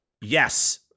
Yes